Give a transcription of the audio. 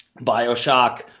Bioshock